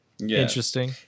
interesting